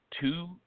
two